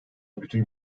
bütün